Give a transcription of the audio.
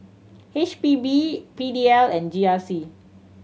H P B P D L and G R C